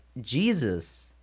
Jesus